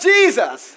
Jesus